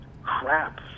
Crap